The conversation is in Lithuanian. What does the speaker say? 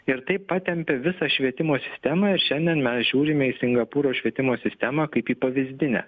ir taip patempė visą švietimo sistemą ir šiandien mes žiūrime į singapūro švietimo sistemą kaip į pavyzdinę